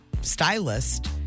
stylist